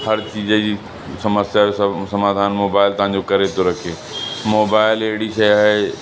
हर चीज जी समस्या जो स समाधान मोबाइल तव्हां जो करे थो रखे मोबाइल अहिड़ी शइ आहे